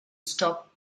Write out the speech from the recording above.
stop